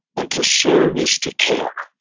and to serve is to care.